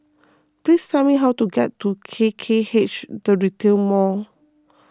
please tell me how to get to K K H the Retail Mall